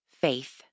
faith